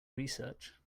research